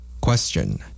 Question